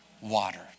water